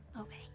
Okay